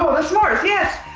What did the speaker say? the s'mores, yes!